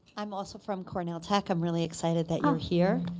i'm also from cornell tech. i'm really excited that you're here.